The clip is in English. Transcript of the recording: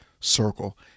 Circle